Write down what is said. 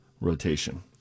rotation